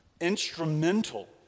instrumental